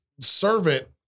servant